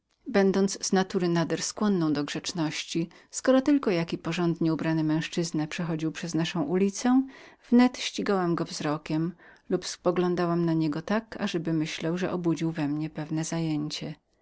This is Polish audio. będąc z natury nader skłonną do grzeczności skoro tylko jaki porządnie ubrany męzczyzna przechodził przez naszą ulicę wnet ścigałam go wzrokiem lub spoglądałam na niego tak ażeby myślał że obudził we mnie pewne zajęcie